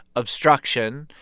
obstruction,